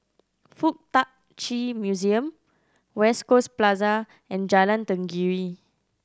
Fuk Tak Chi Museum West Coast Plaza and Jalan Tenggiri